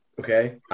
Okay